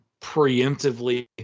preemptively